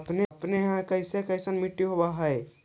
अपने यहाँ कैसन कैसन मिट्टी होब है?